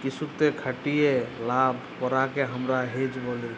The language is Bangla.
কিসুতে খাটিয়ে লাভ করাককে হামরা হেজ ব্যলি